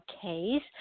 case